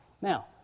Now